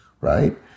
right